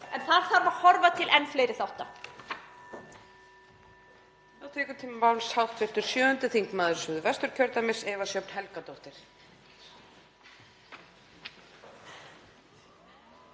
en það þarf að horfa til enn fleiri þátta.